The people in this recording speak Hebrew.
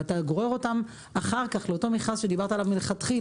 ואתה גורר אותם אחר כך לאותו מכרז שאתה דיברת עליו מלכתחילה.